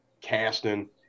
casting